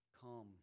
Come